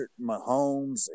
Mahomes